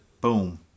boom